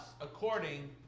according